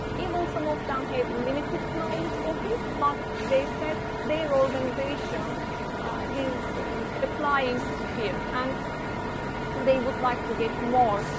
even some of them um had limited knowledge of it, but they said their organization is applying sphere and they would like to get more.